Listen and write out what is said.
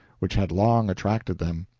which had long attracted them.